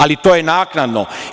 Ali, to je naknadno.